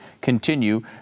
continue